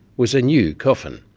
was a new coffin.